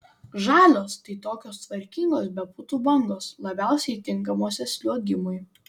žalios tai tokios tvarkingos be putų bangos labiausiai tinkamuose sliuogimui